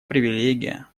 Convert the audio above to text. привилегия